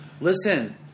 Listen